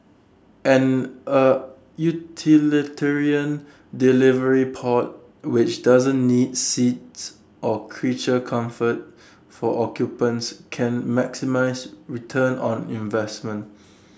and A utilitarian delivery pod which doesn't need seats or creature comforts for occupants can maximise return on investment